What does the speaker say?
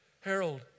Harold